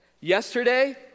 Yesterday